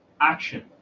action